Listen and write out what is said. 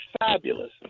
fabulous